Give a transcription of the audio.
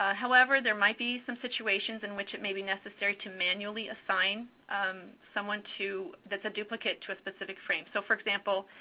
ah however, there might be some situations in which it may be necessary to manually assign um someone to that's a duplicate to a specific frame. so, for example,